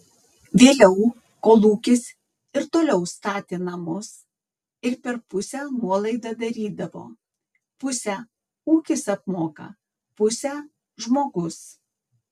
vėliau kolūkis ir toliau statė namus ir per pusę nuolaidą darydavo pusę ūkis apmoka pusę žmogus